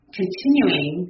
continuing